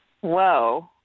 Whoa